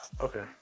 Okay